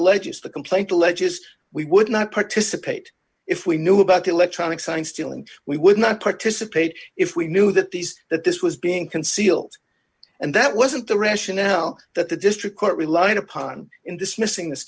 the complaint alleges we would not participate if we knew about the electronic signs still and we would not participate if we knew that these that this was being concealed and that wasn't the rationale that the district court relied upon in dismissing this